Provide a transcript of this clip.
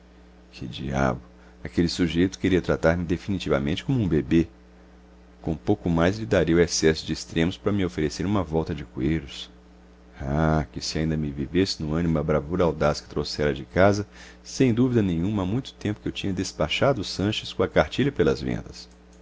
que diabo aquele sujeito queria tratar-me definitivamente como um bebê com pouco mais lhe daria o excesso de extremos para me oferecer uma volta de cueiros ah que se ainda me vivesse no animo a bravura audaz que trouxera de casa sem dúvida nenhuma há muito tempo que eu tinha despachado o sanches com a cartilha pelas ventas